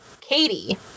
Katie